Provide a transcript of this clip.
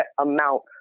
amount